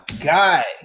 guy